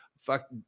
Fuck